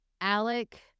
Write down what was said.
Alec